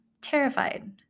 terrified